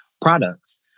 products